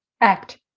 act